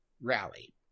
rally